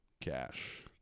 Cash